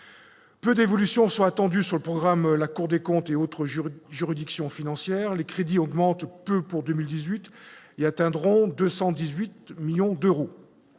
peut dévolution sont attendues sur le programme, la Cour des comptes et autres jurés juridictions financières les crédits augmentent peu pour 2018 il y atteindront 218 millions d'euros,